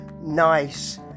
nice